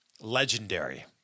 Legendary